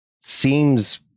seems